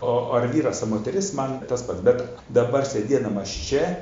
o ar vyras a moteris man tas pats bet dabar sėdėdamas čia